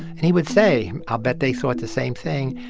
and he would say, i'll bet they thought the same thing.